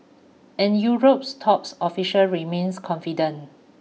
and Europe's top officials remain confident